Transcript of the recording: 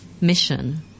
mission